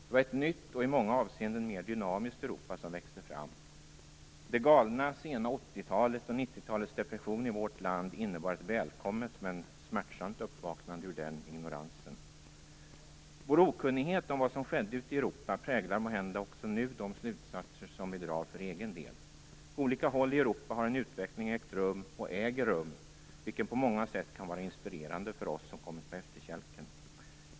Det var ett nytt och i många avseenden mer dynamiskt Europa som växte fram. Det galna sena 80-talet och 90-talets depression i vårt land innebar ett välkommet men smärtsamt uppvaknande ur den ignoransen. Vår okunnighet om vad som skedde ute i Europa präglar måhända också nu de slutsatser som vi drar för egen del. På olika håll i Europa har en utveckling ägt rum, och äger rum, vilken på många sätt kan vara inspirerande för oss som har kommit på efterkälken.